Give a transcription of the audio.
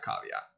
caveat